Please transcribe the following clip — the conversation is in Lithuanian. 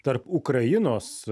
tarp ukrainos